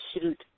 shoot